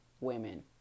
women